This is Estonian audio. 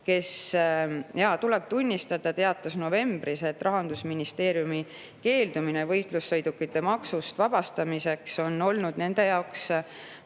jaa, tuleb tunnistada – teatas novembris, et Rahandusministeeriumi keeldumine võistlussõidukite maksust vabastamisest on olnud nende jaoks